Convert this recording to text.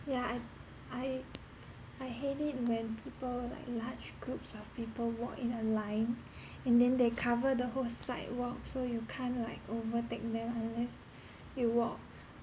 yeah I I I hate it when people like large groups of people walk in a line and then they cover the whole sidewalk so you can't like overtake them unless you walk